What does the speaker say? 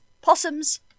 possums